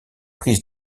prises